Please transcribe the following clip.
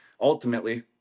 ultimately